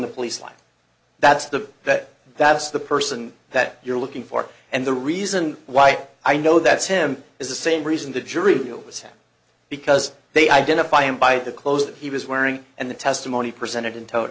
the police line that's the that that's the person that you're looking for and the reason why i know that's him is the same reason the jury said because they identify him by the clothes that he was wearing and the testimony presented in to